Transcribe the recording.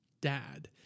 dad